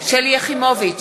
שלי יחימוביץ,